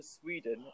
Sweden